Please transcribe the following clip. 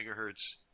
megahertz